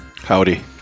Howdy